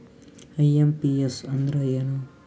IMPS ಅಂದ್ರ ಏನು?